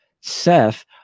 Seth